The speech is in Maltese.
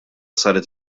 saret